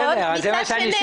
נכון מצד שני,